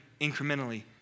incrementally